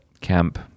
camp